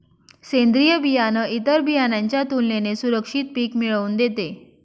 सेंद्रीय बियाणं इतर बियाणांच्या तुलनेने सुरक्षित पिक मिळवून देते